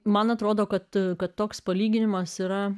man atrodo kad kad toks palyginimas yra